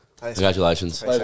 Congratulations